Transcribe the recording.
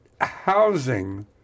housing